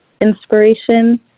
inspiration